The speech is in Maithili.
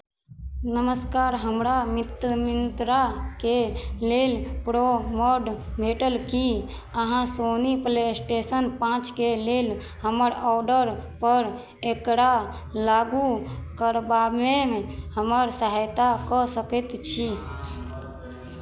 नमस्कार हमरा मित्र मिन्त्राके लेल प्रोमो कोड भेटल की अहाँ सोनी प्ले स्टेशन पाँचके लेल हमर ऑर्डरपर एकरा लागू करबामे हमर सहायता कऽ सकैत छी